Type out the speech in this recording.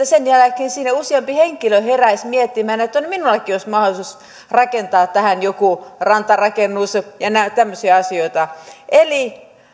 sen jälkeen siinä useampi henkilö heräisi miettimään että minullakin olisi mahdollisuus rakentaa tähän joku rantarakennus ja tämmöisiä asioita eli